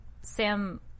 Sam